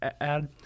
add